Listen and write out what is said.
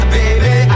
baby